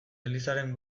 elizaren